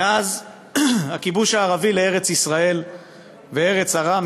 מאז הכיבוש הערבי בארץ-ישראל ובארץ ארם,